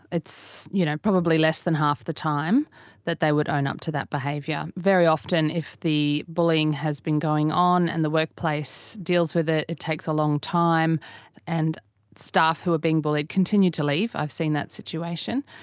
it's you know probably less than half the time that they would own up to that behaviour. very often if the bullying has been going on and the workplace deals with it, it takes a long time and staff who are being bullied continue to leave. i've seen that situation,